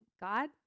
God